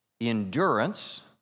endurance